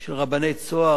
של רבני "צהר",